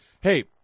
Hey